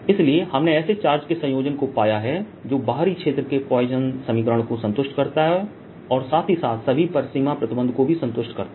इसलिए हमने ऐसे चार्ज के संयोजन को पाया है जो बाहरी क्षेत्र में पोइसन समीकरण को संतुष्ट करता है और साथ ही साथ सभी परिसीमा प्रतिबंध को भी संतुष्ट करता है